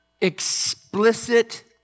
explicit